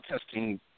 testing